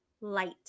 light